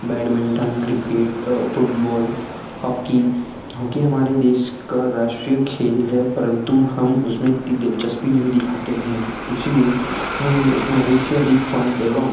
badminton cricket football hockey hockey हमारे देश का राष्ट्रीय खेल है परंतु हम उसमें इतनी दिलचस्पी नहीं दिखाते हैं इस लिए हमें उसमें अधिक से अधिक फ़ंड एवं